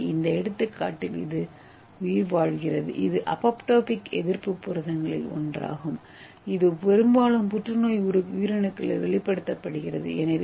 எனவே இந்த எடுத்துக்காட்டில் இது உயிர்வாழ்கிறது இது அபோப்டோடிக் எதிர்ப்பு புரதங்களில் ஒன்றாகும் இது பெரும்பாலும் புற்றுநோய் உயிரணுக்களில் வெளிப்படுத்தப்படுகிறது